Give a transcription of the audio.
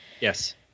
Yes